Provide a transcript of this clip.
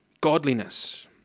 Godliness